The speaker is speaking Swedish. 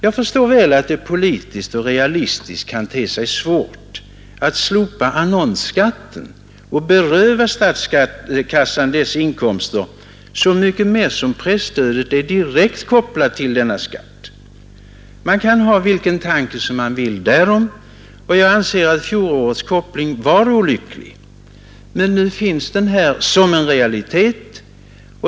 Jag förstår väl att det politiskt och realistiskt kan te sig svårt att slopa annonsskatten och beröva statskassan dessa inkomster — så mycket mer som presstödet är direkt kopplat till denna skatt. Man kan ha vilken tanke man vill därom, och jag anser att fjolårets koppling var olycklig. Nu finns den dock här som en realitet.